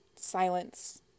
Silence